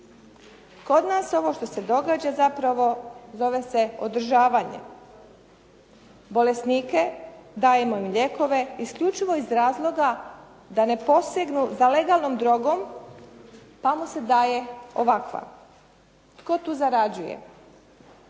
Kod nas ovo što se događa zapravo zove se održavanje, bolesnike, dajemo im lijekove isključivo iz razloga da ne posegnu za legalnom drogom pa mu se daje ovakva. Tko tu zarađuje?